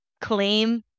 claim